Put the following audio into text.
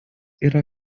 yra